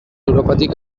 europatik